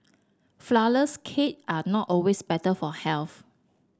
flourless cake are not always better for health